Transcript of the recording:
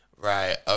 Right